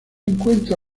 encuentra